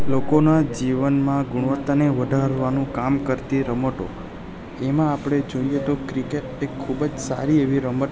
લોકોના જીવનમાં ગુણવત્તાને વધારવાનું કામ કરતી રમતો એમાં આપણે જોઈએ તો ક્રિકેટ એક ખૂબ જ સારી એવી રમત